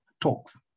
talks